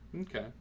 Okay